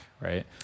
right